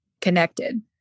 connected